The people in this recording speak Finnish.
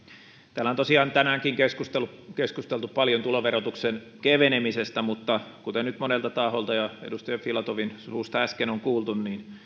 täällä on tosiaan tänäänkin keskusteltu keskusteltu paljon tuloverotuksen kevenemisestä mutta kuten nyt monelta taholta ja edustaja filatovin suusta äsken on kuultu